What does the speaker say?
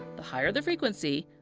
the higher the frequency,